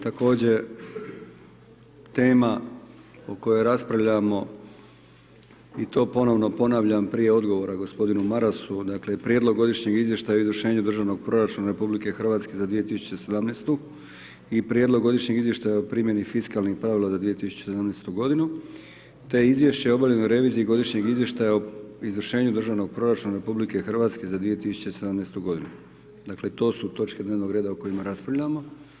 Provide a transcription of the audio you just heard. Također tema o kojoj raspravljamo i to ponovno ponavljam prije odgovora gospodinu Marasu, dakle, Prijedlog godišnjeg izvještaja o izvršenju državnog proračuna RH za 2017. i Prijedlog godišnjeg izvještaja o primjeni fiskalnih pravila za 2017., te Izvješće o objavljenoj reviziji godišnjeg izvještaja o izvršenju državnog proračuna RH za 2017. godinu, dakle, to su točke dnevnog reda o kojima raspravljamo.